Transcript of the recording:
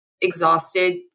exhausted